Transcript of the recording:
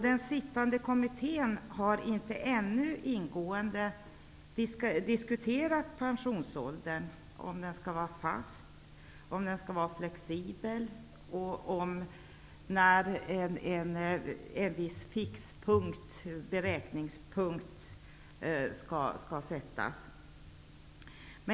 Den sittande kommittén har ännu inte ingående diskuterat om pensionsåldern skall vara fast eller flexibel och var en viss beräkningspunkt skall sättas.